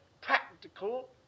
practical